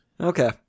okay